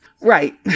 Right